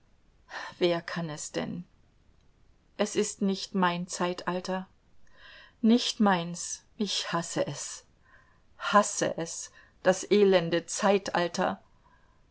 wer kann es denn es ist nicht mein zeitalter nicht meins ich hasse es hasse es das elende zeitalter